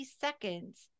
seconds